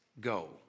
go